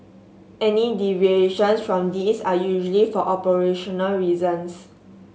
any deviations from these are usually for operational reasons